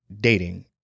dating